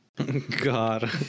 God